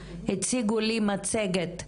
הציגו לי מצגת,